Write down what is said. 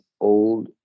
old